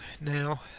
now